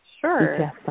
Sure